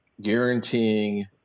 guaranteeing